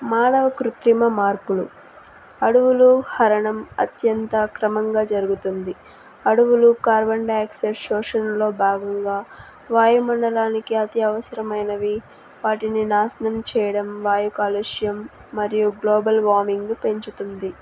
మానవ కృత్రిమ మార్పులు అడువుల హరణం అత్యంత క్రమంగా జరుగుతుంది అడవులు కార్బన్ డైయాక్సైడ్ శోషణలో భాగంగా వాయు మండలానికి అత్యవసరమైనవి వాటిని నాశనం చెయ్యడం వాయు కాలుష్యం మరియు గ్లోబల్ వార్మింగ్ పెంచుతుంది